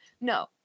No